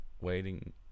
Waiting